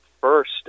first